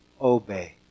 obey